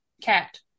cat